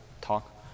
talk